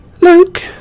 Luke